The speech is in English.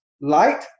Light